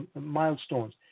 milestones